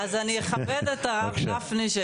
אז אני אכבד את הרב גפני,